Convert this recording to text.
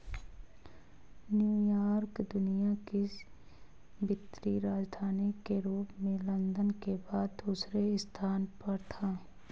New York दुनिया की वित्तीय राजधानी के रूप में लंदन के बाद दूसरे स्थान पर था